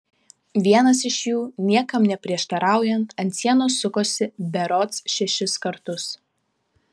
vienas iš jų niekam neprieštaraujant ant sienos sukosi berods šešis kartus